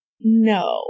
No